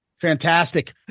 fantastic